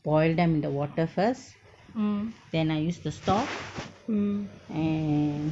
boil them in the water first then I use the stock and